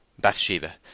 Bathsheba